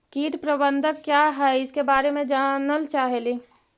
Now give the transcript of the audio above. कीट प्रबनदक क्या है ईसके बारे मे जनल चाहेली?